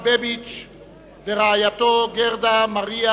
התקבלה בקריאה טרומית ותועבר לוועדת הכלכלה כדי להכינה לקריאה